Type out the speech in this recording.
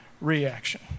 reaction